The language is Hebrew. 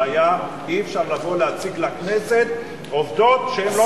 הבעיה היא שאי-אפשר לבוא ולהציג לכנסת עובדות שאינן נכונות.